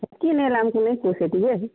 ସେତକି ନେଲେ ଆମ୍କୁ ନାଇଁ ପୋଷେ ଟିକେ